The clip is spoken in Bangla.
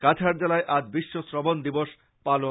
কাছাড় জেলায় আজ বিশ্ব শ্রবন দিবস পালন